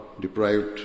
deprived